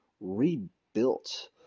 rebuilt